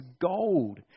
gold